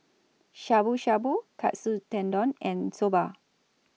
Shabu Shabu Katsu Tendon and Soba